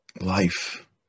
life